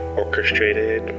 orchestrated